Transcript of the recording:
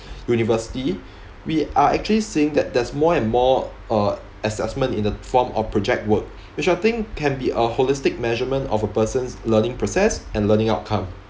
university we are actually saying that there's more and more uh assessments in the form of project work which I think can be a holistic measurement of a person's learning process and learning outcome